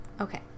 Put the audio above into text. Okay